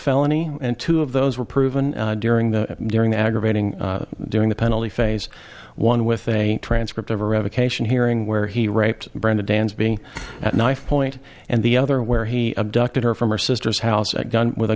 felony and two of those were proven during the during the aggravating during the penalty phase one with a transcript of a revocation hearing where he raped brenda dans being at knife point and the other where he abducted her from her sister's house a gun with a